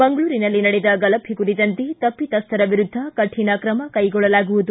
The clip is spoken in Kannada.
ಮಂಗಳೂರಿನಲ್ಲಿ ನಡೆದ ಗಲಭೆ ಕುರಿತಂತೆ ತಪ್ಪಿತಸ್ಥರ ವಿರುದ್ಧ ಕರಿಣ ಕ್ರಮ ಕೈಗೊಳ್ಳಲಾಗುವುದು